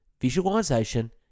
visualization